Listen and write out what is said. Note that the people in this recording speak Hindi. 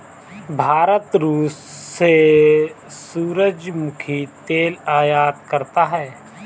भारत रूस से सूरजमुखी तेल आयात करता हैं